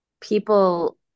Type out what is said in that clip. people